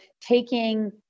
taking